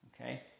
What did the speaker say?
Okay